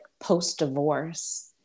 post-divorce